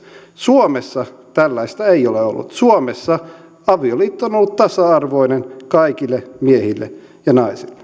suomessa tällaista ei ole ollut suomessa avioliitto on ollut tasa arvoinen kaikille miehille ja naisille